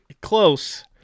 close